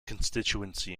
constituency